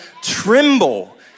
tremble